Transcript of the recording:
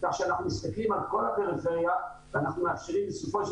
כך שאנחנו מסתכלים על כל הפריפריה ואנחנו מאפשרים בסופו של